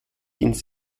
ins